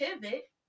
pivot